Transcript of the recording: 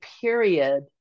period